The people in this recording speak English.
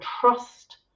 trust